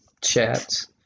chats